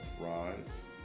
rise